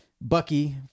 Bucky